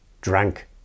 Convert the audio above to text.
drank